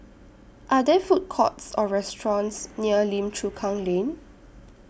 Are There Food Courts Or restaurants near Lim Chu Kang Lane